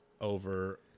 over –